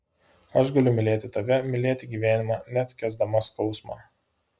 aš galiu mylėti tave mylėti gyvenimą net kęsdama skausmą